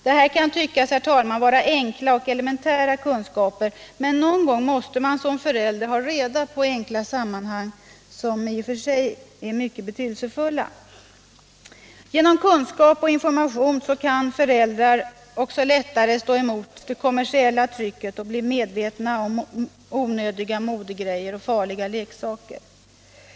Det här kan tyckas vara enkla och elementära kunskaper, men någon gång måste man som förälder ha reda på enkla sammanhang, som i sig är mycket betydelsefulla. Genom kunskap och information kan föräldrar också lättare stå emot det kommersiella trycket och bli medvetna om onödiga modegrejer och farliga leksaker.